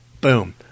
Boom